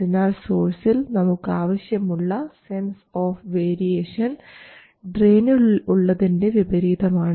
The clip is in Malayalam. അതിനാൽ സോഴ്സിൽ നമുക്കാവശ്യമുള്ള സെൻസ് ഓഫ് വേരിയേഷൻ ഡ്രയിനിൽ ഉള്ളതിൻറെ വിപരീതമാണ്